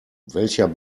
welcher